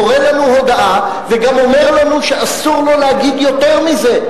קורא לנו הודעה וגם אומר לנו שאסור לו להגיד יותר מזה.